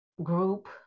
group